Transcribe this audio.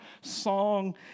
song